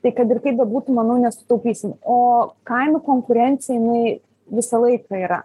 tai kad ir kaip bebūtų manau nesutaupysim o kainų konkurencija jinai visą laiką yra